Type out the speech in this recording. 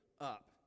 up